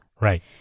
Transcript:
Right